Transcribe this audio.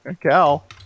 Cal